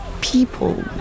people